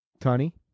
Tony